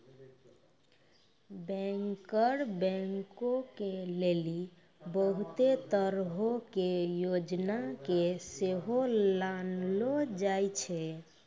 banker बैंको के लेली बहुते तरहो के योजना के सेहो लानलो जाय छै